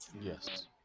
yes